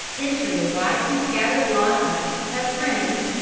enter the widely scattered log-huts, as friends,